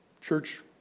church